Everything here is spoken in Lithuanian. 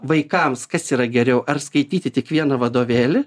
vaikams kas yra geriau ar skaityti tik vieną vadovėlį